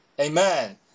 Amen